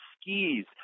skis